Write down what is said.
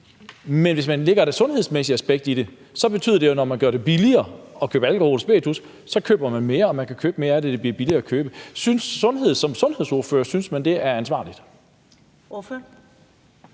Men hvis vi lægger et sundhedsmæssigt aspekt i det, så betyder det jo, at man, når det gøres billigere at købe alkohol og spiritus, så køber mere. Man kan købe mere af det, når det bliver billigere at købe det. Synes man som sundhedsordfører, det er ansvarligt?